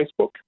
Facebook